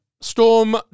Storm